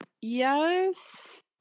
Yes